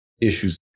issues